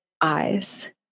eyes